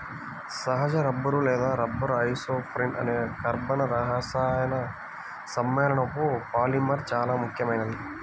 సహజ రబ్బరు లేదా rubber isoprene అనే కర్బన రసాయన సమ్మేళనపు పాలిమర్ చాలా ముఖ్యమైనది